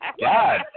God